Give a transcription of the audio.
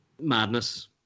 madness